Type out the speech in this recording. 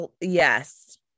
Yes